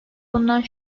bundan